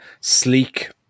sleek